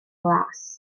las